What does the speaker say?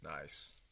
Nice